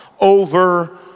over